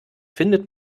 findet